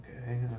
Okay